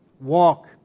Walk